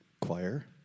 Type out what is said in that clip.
choir